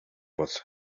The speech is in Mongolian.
бол